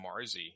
Marzi